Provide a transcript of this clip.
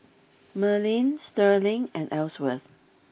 Merlin Sterling and Elsworth